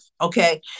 Okay